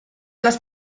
las